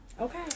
Okay